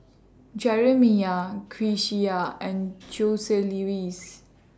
Jerimiah Grecia and Joseluis